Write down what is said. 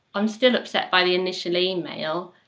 i'm still upset by the initial email.